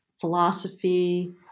philosophy